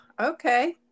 Okay